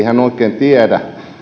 hän oikein tiedä